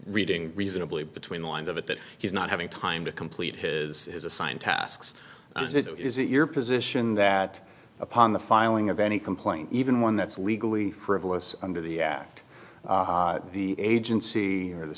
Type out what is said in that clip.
reading reasonably between the lines of it that he's not having time to complete his is assigned tasks is it your position that upon the filing of any complaint even one that's legally frivolous under the act the agency or the